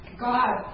God